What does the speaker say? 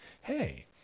Hey